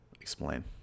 explain